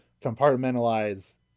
compartmentalize